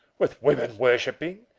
with women worshipping?